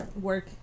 work